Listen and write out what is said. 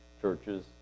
churches